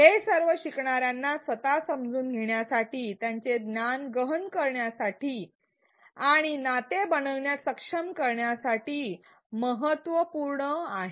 हे सर्व शिकणार्यांना स्वतः समजून घेण्यासाठी त्यांचे ज्ञान गहन करण्यासाठी आणि नाते बनविण्यात सक्षम करण्यासाठी महत्त्वपूर्ण आहेत